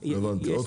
הבנתי, עוד חוק.